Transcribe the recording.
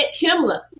Kimla